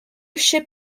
ship